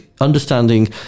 understanding